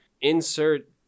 Insert